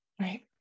Right